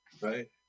Right